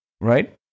right